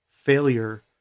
failure